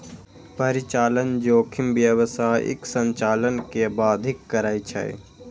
परिचालन जोखिम व्यावसायिक संचालन कें बाधित करै छै